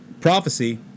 prophecy